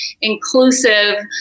inclusive